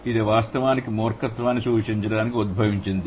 ఇది వాస్తవానికి మూర్ఖత్వాన్ని సూచించడానికి ఉద్భవించింది